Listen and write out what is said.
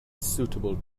suitable